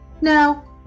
No